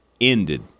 ended